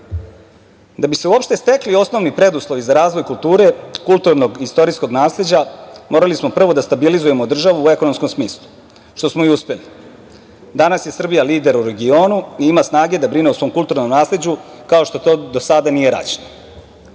Da bi se uopšte stekli osnovni preduslovi za razvoj kulture, kulturno-istorijskog nasleđa morali smo prvo da stabilizujemo državu u ekonomskog smislu, što smo i uspeli. Danas je Srbija lider u regionu i ima snage da brine o svom kulturnom nasleđu, kao što to do sada nije rađeno.